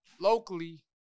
locally